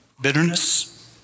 Bitterness